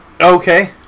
Okay